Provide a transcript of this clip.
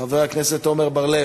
חבר הכנסת עמר בר-לב,